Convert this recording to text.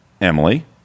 emily